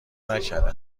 نکرده